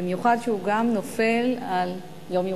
במיוחד שהוא גם נופל על יום ירושלים.